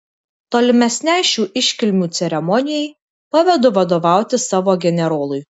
tolimesnei šių iškilmių ceremonijai pavedu vadovauti savo generolui